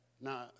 now